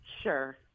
Sure